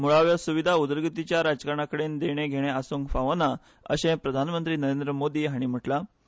मुळाव्या सुविधा उदरगतीचे राजकारणा कडेन देणे घेणे आसूंक फावो ना अशें प्रधानमंत्री नरेंद्र मोदी हांणी म्हळां